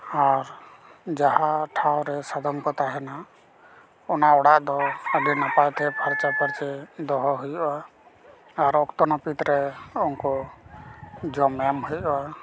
ᱟᱨ ᱡᱟᱦᱟᱸ ᱴᱷᱟᱶ ᱨᱮ ᱥᱟᱫᱚᱢ ᱠᱚ ᱛᱟᱦᱮᱱᱟ ᱚᱱᱟ ᱚᱲᱟᱜ ᱫᱚ ᱟᱰᱤ ᱱᱟᱯᱟᱭᱛᱮ ᱯᱷᱟᱨᱪᱟ ᱯᱷᱟᱹᱨᱪᱤ ᱫᱚᱦᱚ ᱦᱩᱭᱩᱜᱼᱟ ᱟᱨ ᱚᱠᱛᱚ ᱱᱟᱯᱤᱛ ᱨᱮ ᱚᱝᱠᱩ ᱡᱚᱢ ᱮᱢ ᱦᱩᱭᱩᱜᱼᱟ